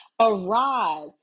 arise